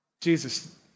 Jesus